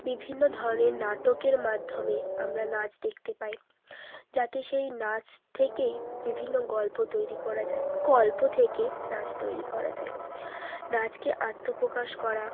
বিভিন্ন ধরনের নাটকের মাধ্যমে আমরা নাচ দেখতে পাই যাতে সেই নাচ থেকেই বিভিন্ন গল্প তৈরি করা যায় গল্প থেকে নাচ তৈরি করা যায় নাচকে আত্মপ্রকাশ করা